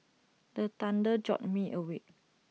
the thunder jolt me awake